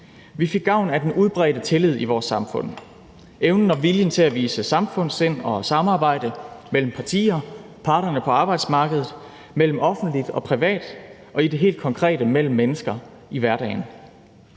Vi fik gavn af den udbredte tillid i vores samfund og af evnen og viljen til at vise samfundssind og samarbejde mellem partier, parterne på arbejdsmarkedet, mellem offentligt og privat og i det helt konkrete: mellem mennesker i hverdagen.